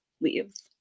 leaves